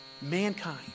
mankind